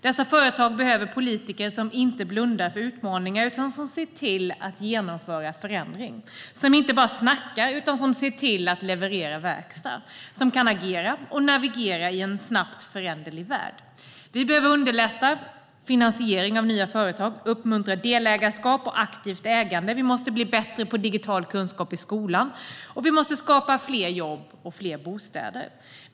Dessa företag behöver politiker som inte blundar för utmaningar utan genomför förändring, som inte bara snackar utan levererar verkstad och som kan agera och navigera i en snabbt föränderlig värld. Vi behöver underlätta finansieringen av nya företag, uppmuntra delägarskap och aktivt ägande. Vi måste bli bättre på digital kunskap i skolan, och vi måste skapa fler jobb och fler bostäder.